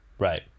Right